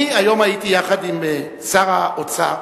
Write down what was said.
אני הייתי היום יחד עם שר האוצר,